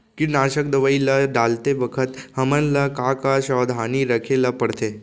कीटनाशक दवई ल डालते बखत हमन ल का का सावधानी रखें ल पड़थे?